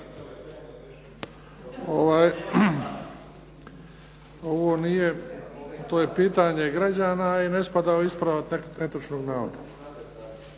Ovo nije, to je pitanje građana i ne spada u ispravak netočnog navoda.